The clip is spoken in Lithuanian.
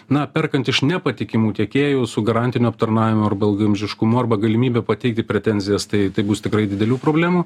na perkant iš nepatikimų tiekėjų su garantiniu aptarnavimu arba ilgaamžiškumu arba galimybe pateikti pretenzijas tai tai bus tikrai didelių problemų